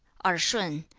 er shun,